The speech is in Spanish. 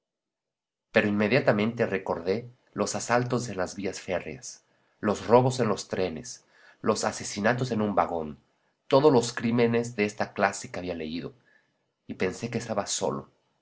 pero inmediatamente recordé los asaltos en las vías férreas los robos de los trenes los asesinatos en un vagón todos los crímenes de esta clase que había leído y pensé que estaba solo